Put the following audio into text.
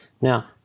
Now